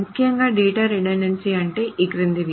ముఖ్యంగా data redundancy అంటే ఈ క్రిందివి